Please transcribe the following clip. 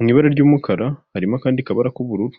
mu ibara ry'umukara, harimo akandi kabara k'ubururu.